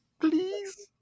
Please